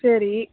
சரி